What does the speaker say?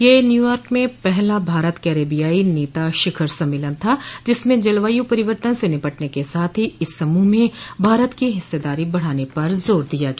यह न्यूयॉर्क में पहला भारत कैरिबियाई नेता शिखर सम्मेलन था जिसमें जलवायु परिवर्तन से निपटने के साथ ही इस समूह में भारत की हिस्सेदारी बढ़ाने पर जोर दिया गया